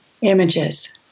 images